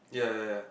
yeah yeah yeah